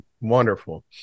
wonderful